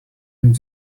and